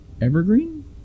Evergreen